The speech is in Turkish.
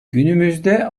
günümüzde